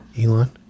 Elon